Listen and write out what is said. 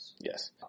Yes